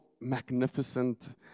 magnificent